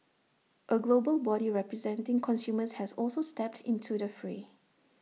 A global body representing consumers has also stepped into the fray